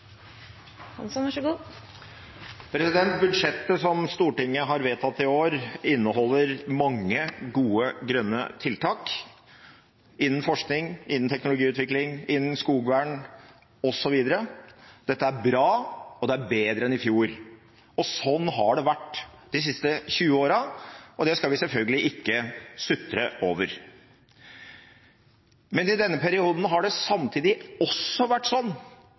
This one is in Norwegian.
bra, og det er bedre enn i fjor, og sånn har det vært de siste 20 årene. Det skal vi selvfølgelig ikke sutre over. Men i denne perioden har det samtidig vært sånn at klimagassutslippene fortsetter å øke, særlig innenfor transportsektoren og oljesektoren. Det har også vært sånn